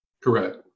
Correct